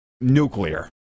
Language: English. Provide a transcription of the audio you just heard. nuclear